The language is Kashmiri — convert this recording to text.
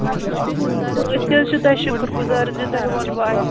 اَتہِ حظ تُہۍ کٔرِو أسۍ تہِ حظ چھِو تۄہہِ شُکُر گُزار زِ تۄہہِ ووٚنوٕ اَسہِ